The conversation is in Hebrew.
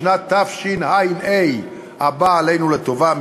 בשנת תשע"ה הבאה עלינו לטובה,